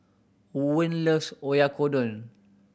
Owen loves Oyakodon